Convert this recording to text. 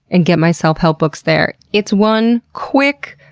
and get my self-help books there? it's one quick,